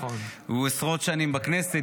הוא עשרות שנים בכנסת,